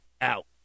Out